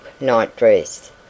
nightdress